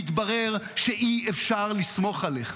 והתברר שאי-אפשר לסמוך עליך.